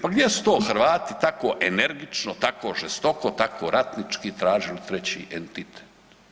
Pa gdje su to Hrvati tako energično, tako žestoko, tako ratnički tražili treći entitet?